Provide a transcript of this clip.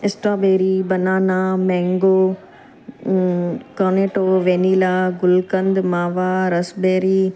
strawberry banana mango Cornetto vanilla gulkand mawa raspberry